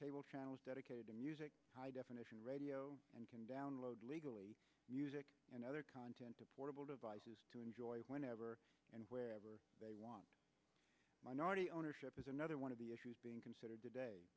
channels dedicated to music high definition radio and can download legally music and other content of portable devices to enjoy whenever and wherever they want minority ownership is another one of the issues being considered today